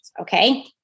okay